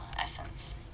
essence